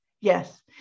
Yes